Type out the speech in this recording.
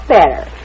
better